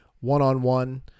one-on-one